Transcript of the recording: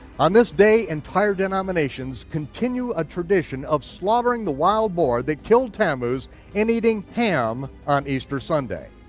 on this day, entire denominations continue a tradition of slaughtering the wild boar that killed tammuz and eating ham on easter sunday.